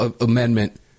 Amendment